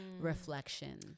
reflection